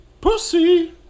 Pussy